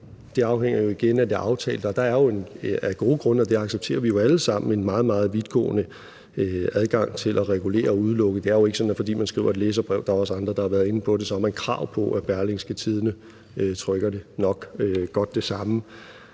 her afhænger jo igen af det aftalte. Og der er jo af gode grunde, og det accepterer vi jo alle sammen, en meget, meget vidtgående adgang til at regulere og udelukke. Det er jo ikke sådan, at fordi man skriver et læserbrev – andre har også været inde på det – så har man krav på, at Berlingske Tidende trykker det – nok godt det samme